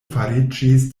fariĝis